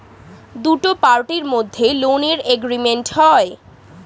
দুটো পার্টির মধ্যে লোনের এগ্রিমেন্ট হয়